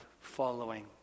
following